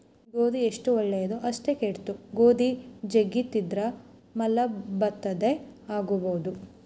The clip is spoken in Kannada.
ಗೋಧಿ ಎಷ್ಟು ಒಳ್ಳೆದೊ ಅಷ್ಟೇ ಕೆಟ್ದು, ಗೋಧಿ ಜಗ್ಗಿ ತಿಂದ್ರ ಮಲಬದ್ಧತೆ ಆಗಬೊದು